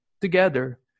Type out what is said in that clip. together